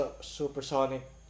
supersonic